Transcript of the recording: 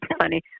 funny